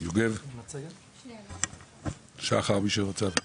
יוגב או שחר, מי שרוצה.